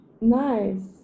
Nice